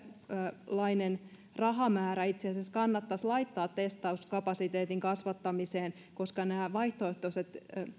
minkälainen rahamäärä itse asiassa kannattaisi laittaa testauskapasiteetin kasvattamiseen koska myös nämä vaihtoehtoiset